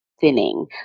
thinning